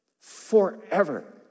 Forever